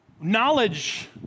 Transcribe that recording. Knowledge